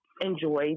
enjoy